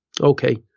okay